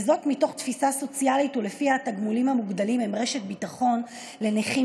וזאת מתוך תפיסה סוציאלית שלפיה התגמולים המוגדלים הם רשת ביטחון לנכים